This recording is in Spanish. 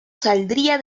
saldría